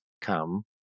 come